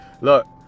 look